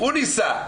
הוא ניסה.